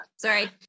Sorry